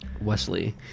Wesley